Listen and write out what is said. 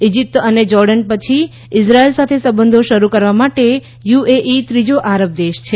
Egypt અને Jordan પછી Israel સાથે સંબંધો શરૂ કરવા માટે યુએઈ ત્રીજો આરબ દેશ છે